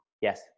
Yes